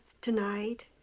tonight